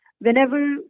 Whenever